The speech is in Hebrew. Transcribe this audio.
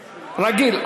רגיל.